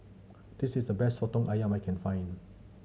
this is the best Soto Ayam I can find